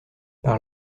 par